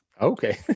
Okay